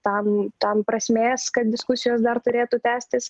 tam tam prasmės kad diskusijos dar turėtų tęstis